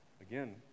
Again